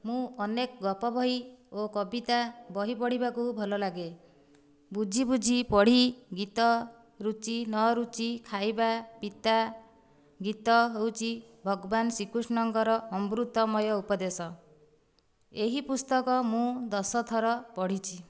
ମୁଁ ଅନେକ ଗପ ବହି ଓ କବିତା ବହି ପଢ଼ିବାକୁ ଭଲ ଲାଗେ ବୁଝି ବୁଝି ପଢି ଗୀତ ରୁଚି ନରୁଚି ଖାଇବା ପିତା ଗୀତ ହେଉଛି ଭଗବାନ ଶ୍ରୀକୁଷ୍ଣଙ୍କର ଅମୃତମୟ ଉପଦେଶ ଏହି ପୁସ୍ତକ ମୁଁ ଦଶ ଥର ପଢ଼ିଛି